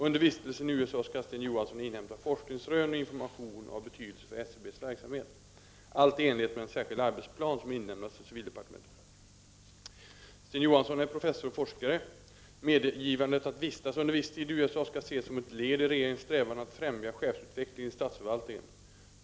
Under vistelsen i USA skall han inhämta forskningsrön och information av betydelse för SCB:s verksamhet — allt i enlighet med en särskild arbetsplan som inlämnats till civildepartementet. SCB-chefen är professor och forskare. Medgivandet att vistas under viss tid i USA skall ses som ett led i regeringens strävan att främja chefsutvecklingen i statsförvaltningen.